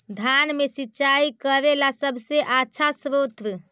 धान मे सिंचाई करे ला सबसे आछा स्त्रोत्र?